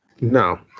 No